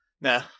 no